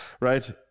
right